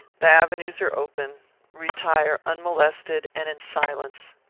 the avenues are open retire unmolested and in silence.